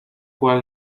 cual